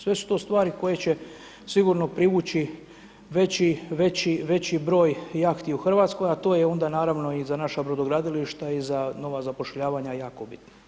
Sve su to stvari koje će sigurno privući veći broj jahti u Hrvatskoj, a to je onda naravno i za naša brodogradilišta i za nova zapošljavanja jako bitno.